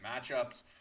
matchups